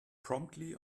promptly